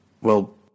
well